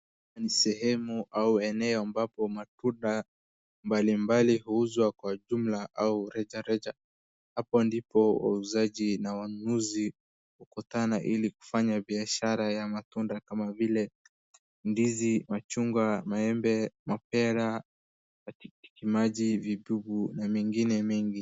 Ni sehemu ama eneo ambapo matunda mbalimbali huuzwa kwa jumla au rejareja, hapo ndipo wauzaji na wanunuzi hukutana ili kufanya biashara ya matunda kama vile ndizi, machungwa, maembe, mapera, na matikitimaji, vitunguu na mengine mengi.